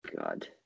God